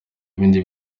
ibindi